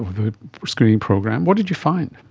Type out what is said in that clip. the screening program. what did you find?